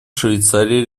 швейцария